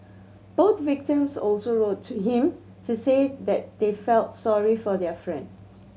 both victims also wrote to him to say that they felt sorry for their friend